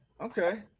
Okay